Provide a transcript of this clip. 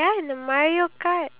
iya